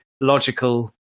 logical